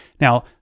Now